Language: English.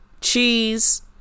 cheese